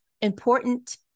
Important